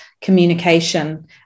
communication